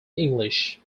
english